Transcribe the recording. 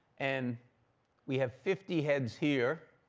and we have fifty heads here,